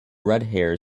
redhair